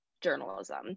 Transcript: journalism